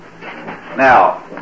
Now